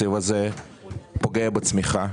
התקציב הזה פוגע בצמיחה,